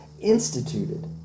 instituted